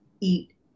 eat